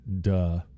duh